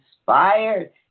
inspired